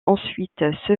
ensuite